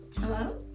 Hello